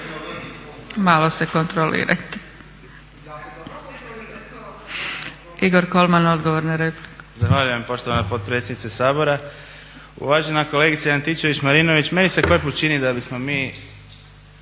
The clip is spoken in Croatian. Malo se kontrolirajte! Igor Kolman, odgovor na repliku. **Kolman, Igor (HNS)** Zahvaljujem poštovana potpredsjednice Sabora. Uvažena kolegice Antičević-Marinović, meni se koji put čini da bismo mi